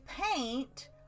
paint